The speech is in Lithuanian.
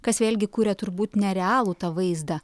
kas vėlgi kuria turbūt nerealų tą vaizdą